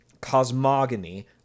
cosmogony